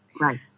right